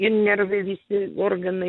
ir nervai visi organai